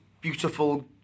beautiful